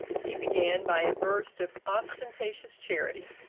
he began by a burst of ostentatious charity.